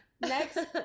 Next